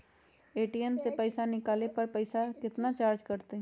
ATM से पईसा निकाले पर पईसा केतना चार्ज कटतई?